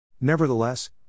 Nevertheless